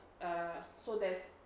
err so there's